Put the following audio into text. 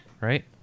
Right